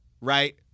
right